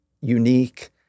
unique